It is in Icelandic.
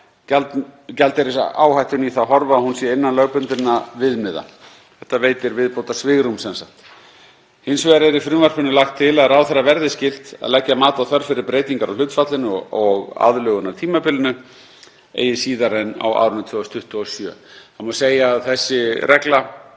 gjaldeyrisáhættunni í það horf að hún sé innan lögbundinna viðmiða. Þetta veitir sem sagt viðbótarsvigrúm. Hins vegar er í frumvarpinu lagt til að ráðherra verði skylt að leggja mat á þörf fyrir breytingar á hlutfallinu og aðlögunartímabilinu eigi síðar en á árinu 2027. Það má segja að þessi regla